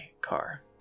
car